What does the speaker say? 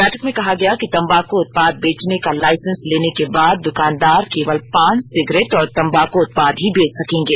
बैठक में कहा गया कि तम्बाक उत्पाद बेचने का लाइसेंस लेने के बाद दुकानदार केवल पान सिगरेट और तम्बाक ् उत्पाद ही बेच सकेंगे